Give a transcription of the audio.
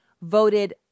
Voted